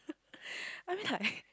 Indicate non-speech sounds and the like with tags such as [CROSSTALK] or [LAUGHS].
[LAUGHS] I mean like [BREATH]